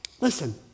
Listen